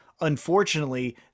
Unfortunately